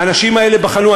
והאנשים האלה בחנו,